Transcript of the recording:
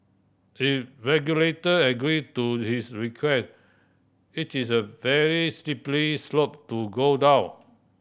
if regulator agree to this request it is a very slippery slope to go down